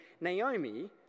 Naomi